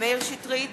מאיר שטרית,